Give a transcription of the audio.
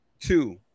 Two